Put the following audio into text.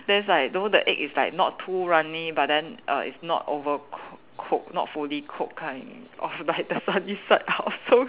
then it's like know the egg is like not too runny but then err it's not overcoo~ cooked not fully cooked kind of like the sunny side up so